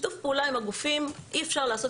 שיתוף פעולה עם הגופים אי אפשר לעשות